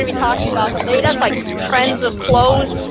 and talking about the latest, like, trends of clothes.